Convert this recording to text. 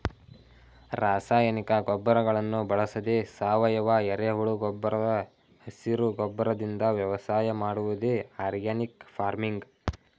ರಾಸಾಯನಿಕ ಗೊಬ್ಬರಗಳನ್ನು ಬಳಸದೆ ಸಾವಯವ, ಎರೆಹುಳು ಗೊಬ್ಬರ ಹಸಿರು ಗೊಬ್ಬರದಿಂದ ವ್ಯವಸಾಯ ಮಾಡುವುದೇ ಆರ್ಗ್ಯಾನಿಕ್ ಫಾರ್ಮಿಂಗ್